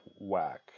whack